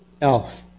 elf